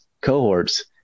cohorts